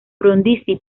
frondizi